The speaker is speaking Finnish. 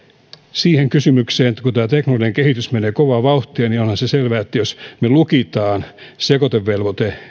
siihen kysymykseen että kun tämä teknologinen kehitys menee kovaa vauhtia niin onhan se se selvää että jos me lukitsemme sekoitevelvoitteen